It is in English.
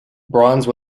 bronze